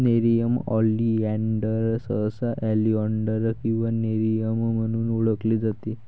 nerium oleander सहसा oleander किंवा nerium म्हणून ओळखले जाते